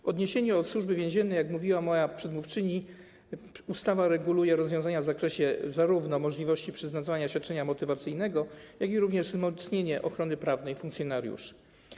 W odniesieniu do Służby Więziennej, jak mówiła moja przedmówczyni, ustawa reguluje rozwiązania w zakresie zarówno możliwości przyznawania świadczenia motywacyjnego, jak i w zakresie wzmocnienia ochrony prawnej funkcjonariuszy.